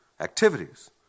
activities